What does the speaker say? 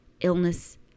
illness